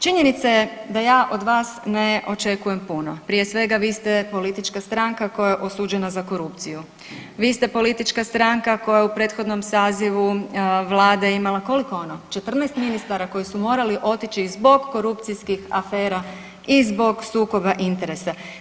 Činjenica je da ja od vas ne očekujem puno, prije svega vi ste politička stranka koja je osuđena za korupciju, vi ste politička stranka koja je u prethodnom sazivu Vlade imala, koliko ono, 14 ministara koji su morali otići zbog korupcijskih afera i zbog sukoba interesa.